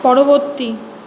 পরবর্তী